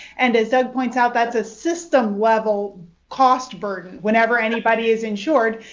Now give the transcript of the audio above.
and as doug points out, that's a system-level cost burden. whenever anybody is insured,